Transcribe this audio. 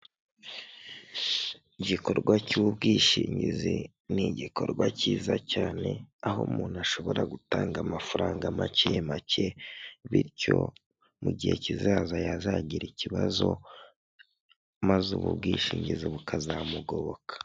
Igikorwa cy'ubwishingizi ni igikorwa cyiza cyane, aho umuntu ashobora gutanga amafaranga make make, bityo mu gihe kizaza yazagira ikibazo, maze ubu bwishingizi bukazamugoboka.